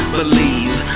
believe